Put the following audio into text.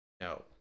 no